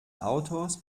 autors